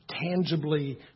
tangibly